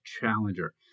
Challenger